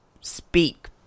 speak